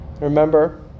Remember